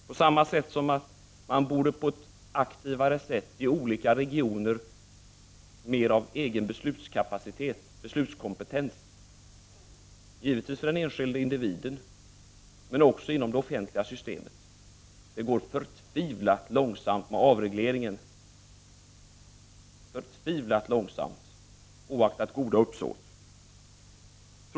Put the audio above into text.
På samma sätt borde man på ett aktivare sätt ge olika regioner mer av egen beslutskapacitet, beslutskompetens. Det gäller givetvis för den enskilde individen men också inom det offentliga systemet. Det går dock förtvivlat långsamt med avregleringen, oaktat goda uppsåt.